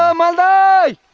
um maila dai